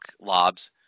lobs